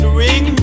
ring